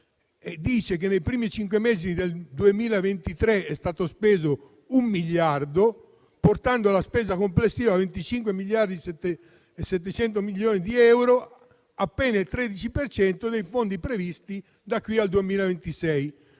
noi - che nei primi cinque mesi del 2023 è stato speso un miliardo, portando la spesa complessiva a 25,7 miliardi di euro, appena il 13 per cento dei fondi previsti da qui al 2026.